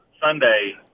Sunday